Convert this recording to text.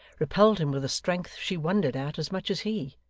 repelled him with a strength she wondered at as much as he.